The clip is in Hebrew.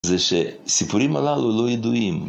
זה שסיפורים הללו לא ידועים